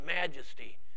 majesty